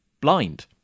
blind